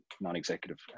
non-executive